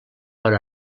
per